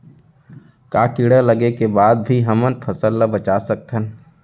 का कीड़ा लगे के बाद भी हमन फसल ल बचा सकथन?